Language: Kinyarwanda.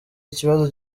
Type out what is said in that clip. ikibazo